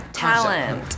talent